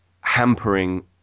hampering